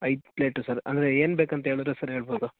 ಐದು plate sir ಅಂದರೆ ಏನು ಬೇಕಂತ ಹೇಳಿದ್ರೆ ಸರ್ ಹೇಳ್ಬೋದ